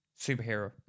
superhero